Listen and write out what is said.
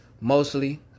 mostly